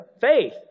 Faith